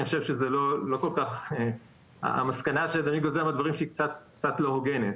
אני חושב שהמסקנה שאדוני גוזר מהדברים שלי קצת לא הוגנת,